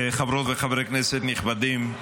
חברות וחברי כנסת נכבדים,